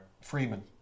Freeman